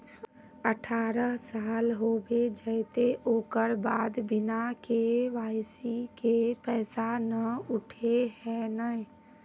अठारह साल होबे जयते ओकर बाद बिना के.वाई.सी के पैसा न उठे है नय?